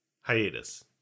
hiatus